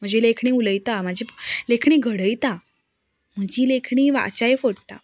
म्हजी लेखणी उलयता म्हाजी लेखणी घडयता म्हजी लेखणी वाचाय फोडटा